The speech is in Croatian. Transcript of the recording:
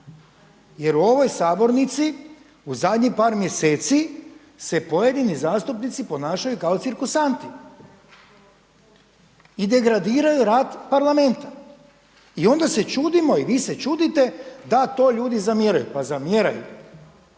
jer u ovoj sabornici u zadnjih par mjeseci se pojedini zastupnici ponašaju kao cirkusanti i degradiraju rad Parlamenta. I onda se čudimo i vi se čudite da to ljudi zamjeraju. Pa zamjeraju